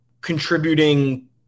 contributing